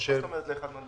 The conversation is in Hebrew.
מה זאת אומרת לאחד מהדברים?